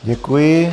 Děkuji.